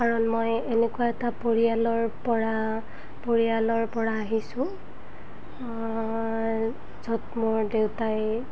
কাৰণ মই এনেকুৱা এটা পৰিয়ালৰপৰা পৰিয়ালৰপৰা আহিছোঁ য'ত মোৰ দেউতাই